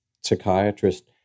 psychiatrist